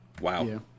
Wow